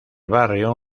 barrio